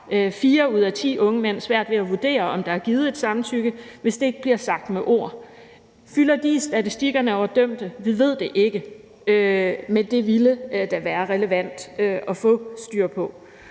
ud af ti unge mænd svært ved at vurdere, om der er givet et samtykke, hvis det ikke bliver sagt med ord. Fylder de i statistikkerne over dømte? Vi ved det ikke. Men det ville da være relevant at få styr på.